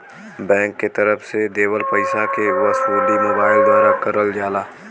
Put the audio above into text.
bank के तरफ से देवल पइसा के वसूली मोबाइल द्वारा करल जाला